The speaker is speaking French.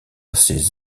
assez